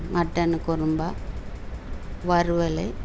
mutton kurma வறுவல்